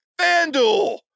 FanDuel